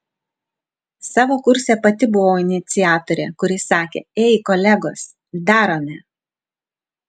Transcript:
savo kurse pati buvau iniciatorė kuri sakė ei kolegos darome